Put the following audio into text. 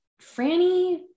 Franny